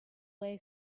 way